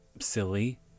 silly